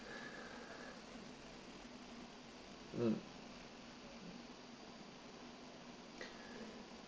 mm